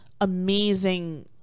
amazing